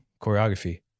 Choreography